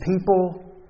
people